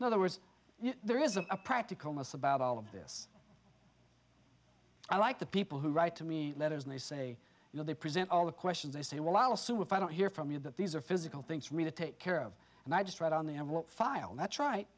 other words there isn't a practical most about all of this i like the people who write to me letters and they say you know they present all the questions they say well i'll assume if i don't hear from you that these are physical things for me to take care of and i just read on the end what file that's right